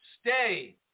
stay